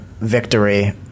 victory